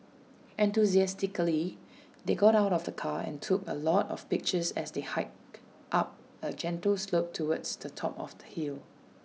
enthusiastically they got out of the car and took A lot of pictures as they hiked up A gentle slope towards the top of the hill